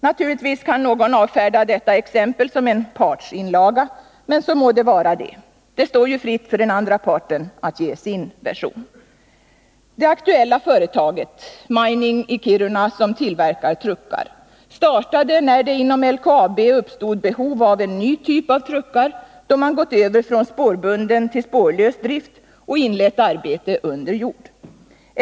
Naturligtvis kan någon avfärda detta exempel som en partsinlaga, men må så vara! Det står ju fritt för den andra parten att ge sin version. Det aktuella företaget, Mining Transportation i Kiruna, som tillverkar truckar, startade när det inom LKAB uppstod behov av en ny typ av truckar, då man gått över från spårbunden till spårlös drift och inlett arbete under jord.